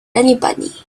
anybody